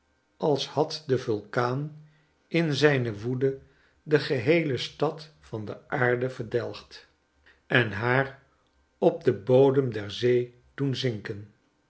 als had de vulkaan in zijne woede de geheele stad van de aarde verdelgd en haar op den bodem der zee doen zinken